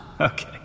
Okay